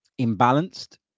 imbalanced